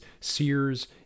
Sears